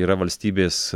yra valstybės